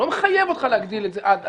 הוא לא מחייב אותך להגדיל את זה עד אז.